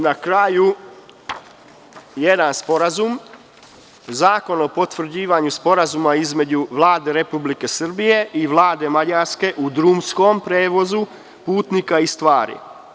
Na kraju, jedan sporazum - Zakon o potvrđivanju Sporazuma između Vlade Republike Srbije i Vlade Mađarske u drumskom prevozu putnika i stvari.